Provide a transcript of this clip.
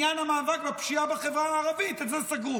לעניין המאבק בפשיעה בחברה הערבית, את זה סגרו.